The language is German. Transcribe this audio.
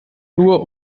nur